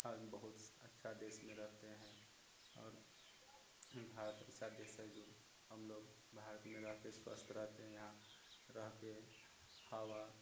हम बहुत अच्छा देश में रहते हैं और भारत ऐसा देश है जो हम लोग भारत में रहकर स्वस्थ रहते हैं यहाँ रह कर हवा